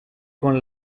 con